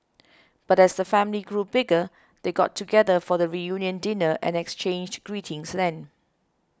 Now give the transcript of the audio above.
but as the family grew bigger they got together for the reunion dinner and exchanged greetings then